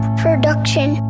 production